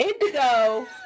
Indigo